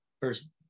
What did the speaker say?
first